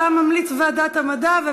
אתה ממליץ ועדת המדע,